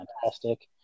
fantastic